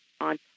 on